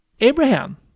Abraham